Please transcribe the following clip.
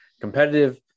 competitive